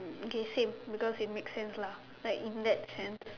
mm okay same because it make sense lah right in that sentence